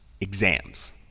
Exams